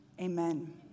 amen